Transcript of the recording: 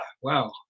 wow